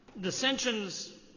Dissensions